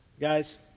Guys